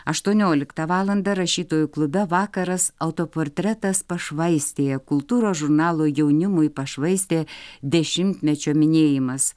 aštuonioliką valandą rašytojų klube vakaras autoportretas pašvaistėje kultūros žurnalo jaunimui pašvaistė dešimtmečio minėjimas